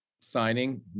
signing